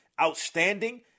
outstanding